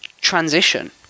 transition